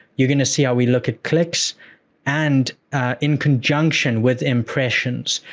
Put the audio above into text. you're going to see how we look at clicks and in conjunction with impressions.